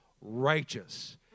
righteous